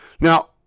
Now